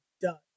done